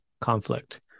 conflict